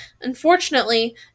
Unfortunately